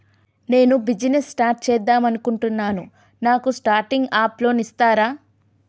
నేను business start చేద్దామనుకుంటున్నాను నాకు స్టార్టింగ్ అప్ లోన్ ఇస్తారా?